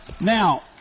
Now